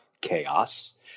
chaos